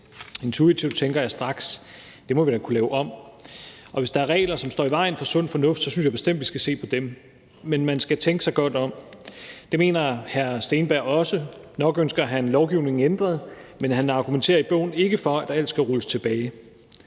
Intuitivt tænker jeg straks: Det må vi da kunne lave om. Og hvis der er regler, som står i vejen for sund fornuft, synes jeg bestemt, vi skal se på dem, men man skal tænke sig godt om. Det mener hr. Andreas Steenberg også. Nok ønsker han lovgivningen ændret, men han argumenterer i bogen ikke for, at alt skal rulles tilbage.